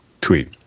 tweet